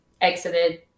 exited